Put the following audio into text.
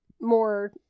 more